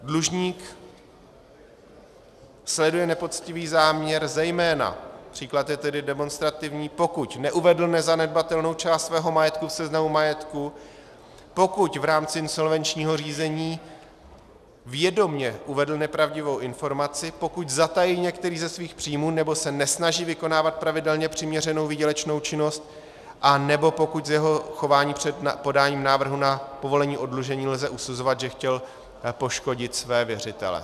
Dlužník sleduje nepoctivý záměr, zejména příklad je tedy demonstrativní pokud neuvedl nezanedbatelnou část svého majetku v seznamu majetku, pokud v rámci insolvenčního řízení vědomě uvedl nepravdivou informaci, pokud zatajil některý ze svých příjmů nebo se nesnaží vykonávat pravidelně přiměřenou výdělečnou činnost anebo pokud z jeho chování před podáním návrhu na povolení k oddlužení lze usuzovat, že chtěl poškodit své věřitele.